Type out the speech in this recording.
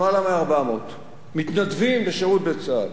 למעלה מ-400 מתנדבים בשירות בצה"ל.